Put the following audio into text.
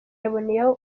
yaboneyeho